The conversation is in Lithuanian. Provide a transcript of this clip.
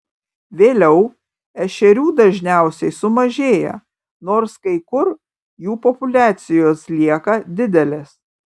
vėliau ešerių dažniausiai sumažėja nors kai kur jų populiacijos lieka didelės